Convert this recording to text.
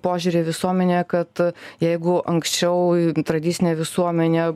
požiūry į visuomenę kad jeigu anksčiau tradicinė visuomenė